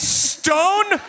stone